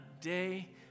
day